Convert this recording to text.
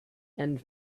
and